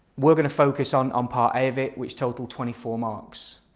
we're going to focus on um part a of it which totalled twenty four marks.